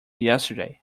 yesterday